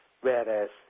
whereas